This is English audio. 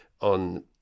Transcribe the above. on